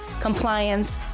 compliance